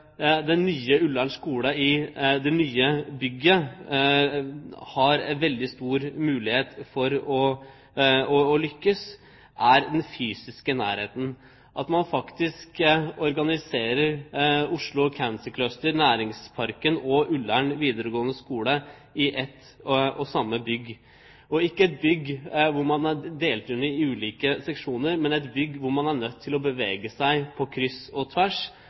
nye Ullern skole i det nye bygget har veldig stor mulighet for å lykkes, er den fysiske nærheten – at man faktisk organiserer Oslo Cancer Cluster, næringsparken og Ullern videregående skole i ett og samme bygg. Det blir ikke et bygg der man er inndelt i ulike seksjoner, men et bygg der man er nødt til å bevege seg på kryss og tvers,